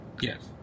Yes